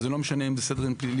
וזה לא משנה אם זה סדר דין פלילי,